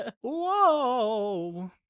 Whoa